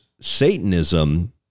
Satanism